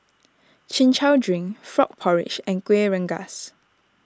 Chin Chow Drink Frog Porridge and Kueh Rengas